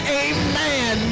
amen